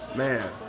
man